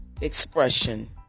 expression